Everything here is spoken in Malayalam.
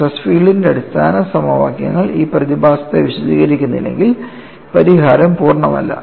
സ്ട്രെസ് ഫീൽഡിന്റെ അടിസ്ഥാന സമവാക്യങ്ങൾ ഈ പ്രതിഭാസത്തെ വിശദീകരിക്കുന്നില്ലെങ്കിൽ പരിഹാരം പൂർണ്ണമല്ല